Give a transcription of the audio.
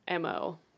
MO